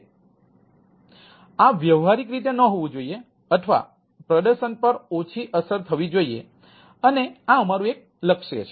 તેથી આ વ્યવહારિક રીતે ન હોવું જોઈએ અથવા પ્રદર્શન પર ઓછી અસર થવી જોઈએ અને આ અમારું એક લક્ષ્ય છે